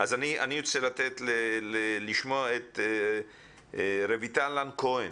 אני רוצה לשמוע את רויטל כהן.